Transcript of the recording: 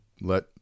let